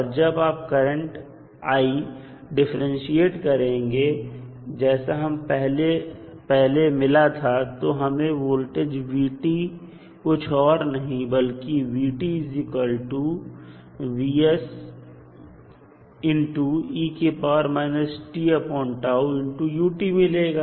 और जब आप करंट डिफरेंटशिएट करेंगे जैसा हमें पहले मिला था तो हमें वोल्टेज v कुछ और नहीं बल्कि मिलेगा